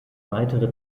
weitere